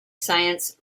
science